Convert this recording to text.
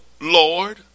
lord